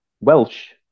Welsh